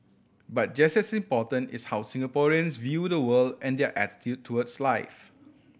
but just as important is how Singaporeans view the world and their attitude towards life